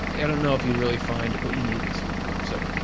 i don't know if you'd really find what you need in swedenborg. so,